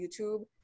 YouTube